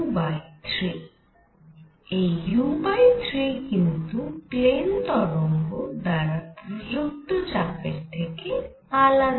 এই u3 কিন্তু plane তরঙ্গ দ্বারা প্রযুক্ত চাপের থেকে আলাদা